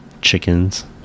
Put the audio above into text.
chickens